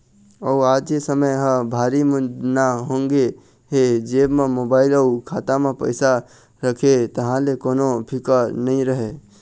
अउ आज ए समे ह भारी जुन्ना होगे हे जेब म मोबाईल अउ खाता म पइसा रहें तहाँ ले कोनो फिकर नइ रहय